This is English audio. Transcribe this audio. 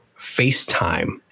FaceTime